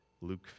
Luke